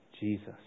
Jesus